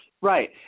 Right